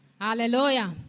Hallelujah